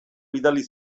bidali